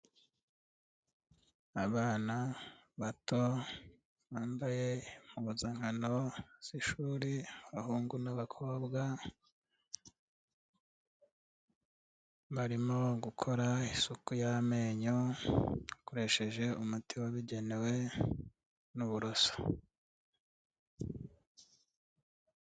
Abana bato bambaye impuzankano z'ishuri; abahungu n'abakobwa, barimo gukora isuku y'amenyo bakoresheje umuti wabugenewe n'uburoso.